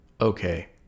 Okay